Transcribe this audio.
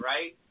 Right